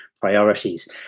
priorities